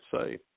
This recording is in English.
say